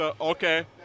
okay